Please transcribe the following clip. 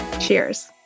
Cheers